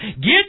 Get